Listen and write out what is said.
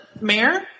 mayor